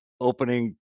opening